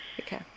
Okay